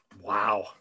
Wow